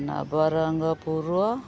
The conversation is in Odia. ନବରଙ୍ଗପୁର